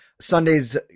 Sunday's